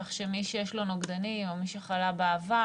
כך שמי שיש לו נוגדנים או מי שחלה בעבר,